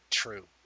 true